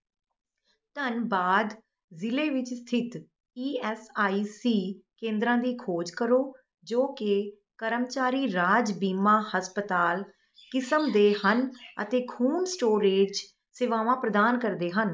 ਧੰਨਬਾਦ ਜ਼ਿਲ੍ਹੇ ਵਿੱਚ ਸਥਿਤ ਈ ਐਸ ਆਈ ਸੀ ਕੇਂਦਰਾਂ ਦੀ ਖੋਜ ਕਰੋ ਜੋ ਕਿ ਕਰਮਚਾਰੀ ਰਾਜ ਬੀਮਾ ਹਸਪਤਾਲ ਕਿਸਮ ਦੇ ਹਨ ਅਤੇ ਖੂਨ ਸਟੋਰੇਜ ਸੇਵਾਵਾਂ ਪ੍ਰਦਾਨ ਕਰਦੇ ਹਨ